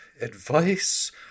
advice